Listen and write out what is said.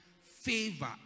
favor